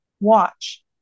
watch